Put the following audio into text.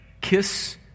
Kiss